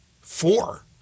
Four